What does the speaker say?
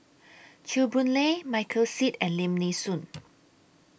Chew Boon Lay Michael Seet and Lim Nee Soon